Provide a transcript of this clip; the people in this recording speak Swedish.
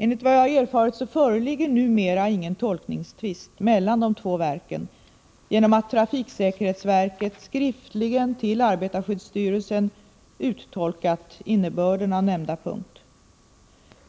Enligt vad jag har erfarit föreligger numera ingen tolkningstvist mellan de två verken, sedan trafiksäkerhetsverket skriftligen till arbetarskyddsstyrelsen uttolkat innebörden av nämnda punkt.